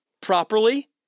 properly